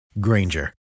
Granger